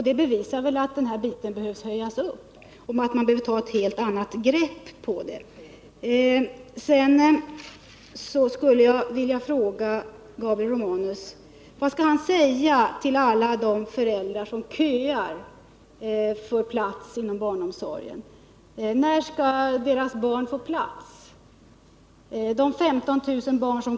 Det bevisar väl att statsbidraget behöver höjas mycket mer och att man behöver ta ett helt annat grepp på de här problemen.